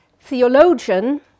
theologian